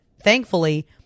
thankfully